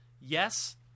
yes